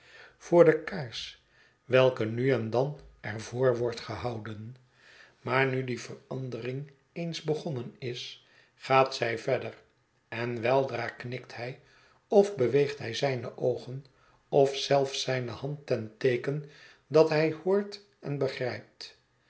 voor de kaars welke nu en dan er voor wordt gehouden maar nu die verandering eens begonnen is gaat zij verder en weldra knikt hij of beweegt hij zijne oogen of zelfs zijne hand ten teeken dat hij hoort en begrijpt